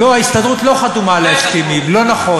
יש לו הצעה לסדר, זה לא קשור.